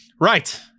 Right